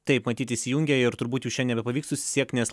taip matyt įsijungia ir turbūt jau šiandien nebepavyks susisiekt nes